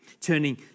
Turning